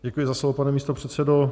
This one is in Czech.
Děkuji za slovo, pane místopředsedo.